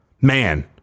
man